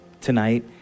tonight